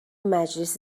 مجلس